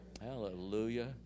Hallelujah